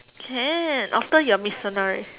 can after your mitsunari